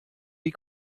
die